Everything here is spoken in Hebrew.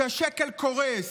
שהשקל קורס?